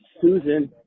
Susan